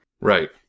Right